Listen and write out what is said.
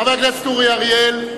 חבר הכנסת אורי אריאל,